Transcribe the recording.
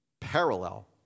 parallel